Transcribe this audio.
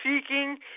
seeking